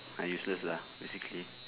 I useless lah basically